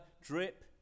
drip